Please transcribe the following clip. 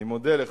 אני מודה לך.